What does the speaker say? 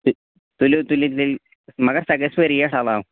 تُلِو تُلِو تیٚلہِ مگر سۄ گژھوٕ ریٹ علاوٕ